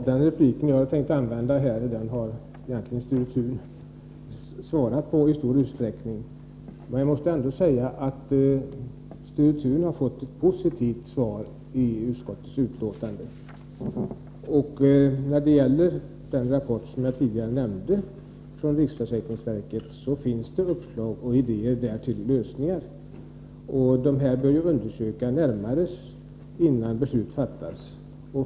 Fru talman! Det jag hade tänkt ta upp i min replik har egentligen Sture Thun berört i stor utsträckning. Jag måste ändå säga att Sture Thuns motion har fått en positiv behandling i utskottet. När det gäller den rapport från riksförsäkringsverket som jag tidigare nämnde finns där uppslag och idéer till lösningar. Dessa bör undersökas närmare innan beslut fattas.